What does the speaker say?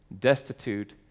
destitute